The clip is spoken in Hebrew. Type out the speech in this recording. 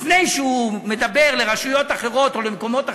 לפני שהוא מדבר לרשויות אחרות או למקומות אחרים,